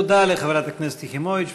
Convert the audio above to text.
תודה לחברת הכנסת יחימוביץ.